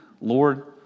Lord